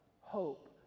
hope